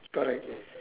correct